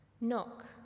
Knock